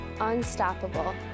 Unstoppable